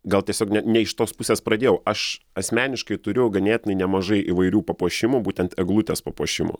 gal tiesiog ne ne iš tos pusės pradėjau aš asmeniškai turiu ganėtinai nemažai įvairių papuošimų būtent eglutės papuošimų